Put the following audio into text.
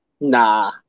Nah